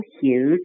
huge